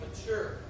mature